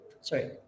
Sorry